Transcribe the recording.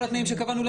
כל התנאים שקבענו.